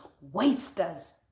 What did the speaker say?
wasters